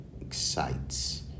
excites